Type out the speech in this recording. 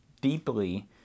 deeply